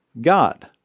God